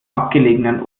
abgelegenen